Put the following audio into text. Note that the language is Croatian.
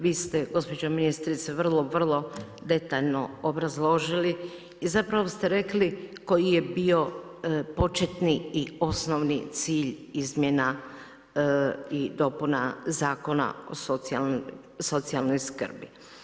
Vi ste gospođo ministrice vrlo, vrlo detaljno obrazložili i zapravo ste rekli koji je bio početni i osnovni cilj izmjena i dopuna Zakona o socijalnoj skri.